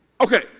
okay